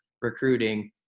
recruiting